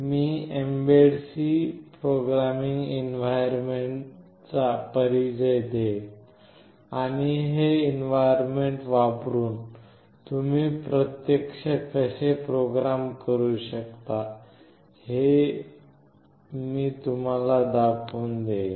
मी mbed C programming एन्व्हायरमेंटचा परिचय देईन आणि हे एन्व्हायरमेंट वापरुन तुम्ही प्रत्यक्ष कसे प्रोग्राम करू शकता हे मी तुम्हाला दाखवून देईन